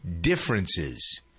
differences